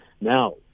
Now